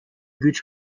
güç